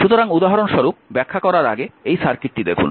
সুতরাং উদাহরণস্বরূপ ব্যাখ্যা করার আগে এই সার্কিটটি দেখুন